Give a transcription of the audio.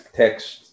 text